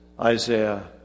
Isaiah